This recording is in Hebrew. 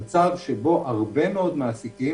למצב שבו הרבה מאוד מעסיקים,